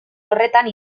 horretan